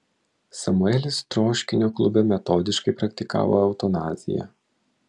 samuelis troškinio klube metodiškai praktikavo eutanaziją